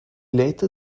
later